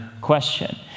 question